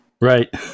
Right